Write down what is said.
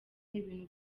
ibintu